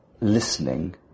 listening